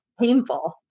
painful